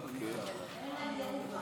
אין על ירוחם.